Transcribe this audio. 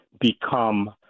become